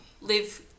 live